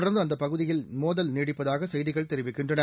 தொடர்ந்துஅந்தபகுதியில் மோதல் நீடிப்பதாகசெய்திகள் தெரிவிக்கின்றன